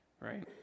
right